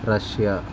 Russia